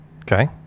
Okay